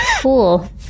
cool